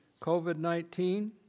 COVID-19